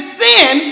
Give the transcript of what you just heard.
sin